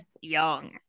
young